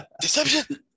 Deception